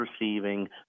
receiving